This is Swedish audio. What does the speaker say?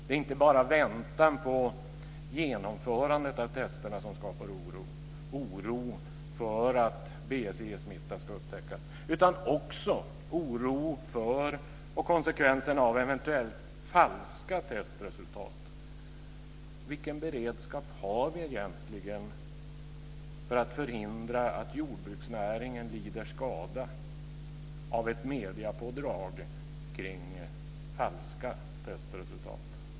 Det är inte bara väntan på genomförandet av testen mot BSE-smitta som skapar oro, utan det finns också en oro för konsekvenserna av eventuella falska testresultat. Vilken beredskap har vi egentligen för att förhindra att jordbruksnäringen lider skada av ett mediepådrag kring falska testresultat?